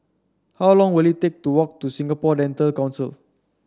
how long will it take to walk to Singapore Dental Council